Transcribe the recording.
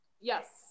yes